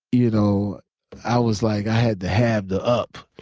you know i was like, i had to have the up.